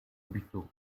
buteau